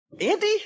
Andy